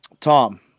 Tom